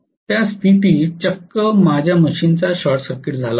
त्या स्थितीत चक्क माझ्या मशीनचा शॉर्टसर्किट झाला होता